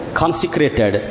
consecrated